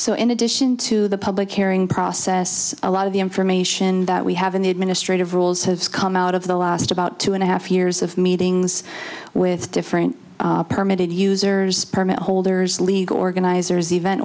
so in addition to the public airing process a lot of the information that we have in the administrative rules have come out of the last about two and a half years of meetings with different permitted users permit holders legal organizers event